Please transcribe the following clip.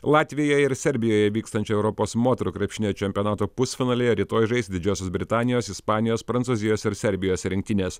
latvijoje ir serbijoje vykstančio europos moterų krepšinio čempionato pusfinalyje rytoj žais didžiosios britanijos ispanijos prancūzijos ir serbijos rinktinės